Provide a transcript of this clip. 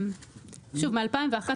מ-2011,